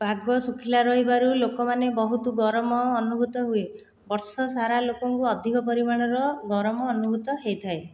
ପାଗ ଶୁଖିଲା ରହିବାରୁ ଲୋକମାନେ ବହୁତ ଗରମ ଅନୁଭୂତ ହୁଏ ବର୍ଷ ସାରା ଲୋକଙ୍କୁ ଅଧିକ ପରିମାଣର ଗରମ ଅନୁଭୂତ ହୋଇଥାଏ